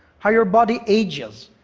how your body ages,